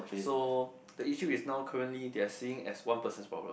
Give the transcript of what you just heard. so the issue is now currently they are seeing as one person's problem